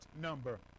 number